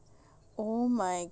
oh my god